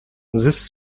this